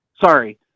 Sorry